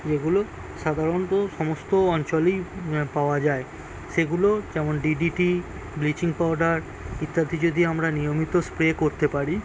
যেগুলো সাধারণত সমস্ত অঞ্চলেই পাওয়া যায় সেগুলো যেমন D D T bleaching powder ইত্যাদি যদি আমরা নিয়মিত স্প্রে করতে পারি